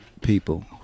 People